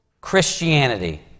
Christianity